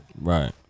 Right